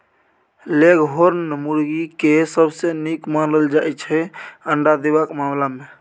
leghorn मुरगी केँ सबसँ नीक मानल जाइ छै अंडा देबाक मामला मे